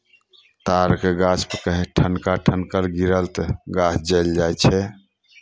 ताड़के गाछपर कहीँ ठनका ठनकर गिरल तऽ गाछ जलि जाइ छै